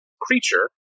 creature